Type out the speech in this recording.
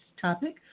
topic